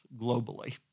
globally